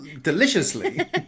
deliciously